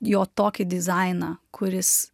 jo tokį dizainą kuris